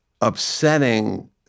upsetting